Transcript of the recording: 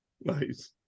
Nice